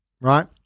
right